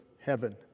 heaven